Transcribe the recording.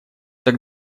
так